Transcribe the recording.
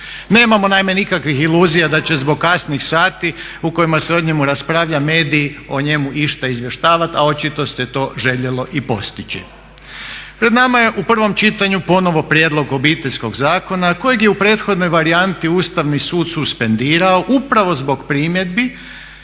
Nemamo naime nikakvih iluzija da će zbog kasnih sati u kojima se o njemu raspravlja mediji o njemu išta izvještavat a očito se to željelo i postići. Pred nama je u prvom čitanju ponovno prijedlog Obiteljskog zakona kojeg je u prethodnoj varijanti Ustavni sud suspendirao upravo zbog primjedbi